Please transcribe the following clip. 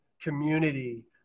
community